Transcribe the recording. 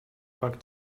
backt